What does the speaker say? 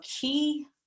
key